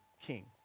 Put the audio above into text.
king